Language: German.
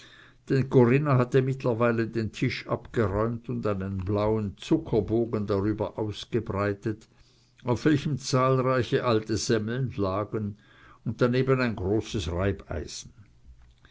denn corinna hatte mittlerweile den tisch abgeräumt und einen blauen zuckerbogen darüber ausgebreitet auf welchem zahlreiche alte semmeln lagen und daneben ein großes reibeisen